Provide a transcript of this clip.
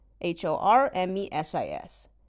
H-O-R-M-E-S-I-S